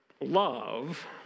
love